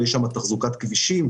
יש שם תחזוקת כבישים,